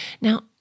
Now